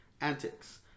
antics